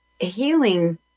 healing